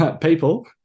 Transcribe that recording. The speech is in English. People